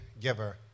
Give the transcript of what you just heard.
giver